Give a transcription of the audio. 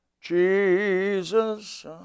Jesus